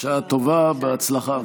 בשעה טובה ובהצלחה.